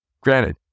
Granted